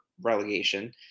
relegation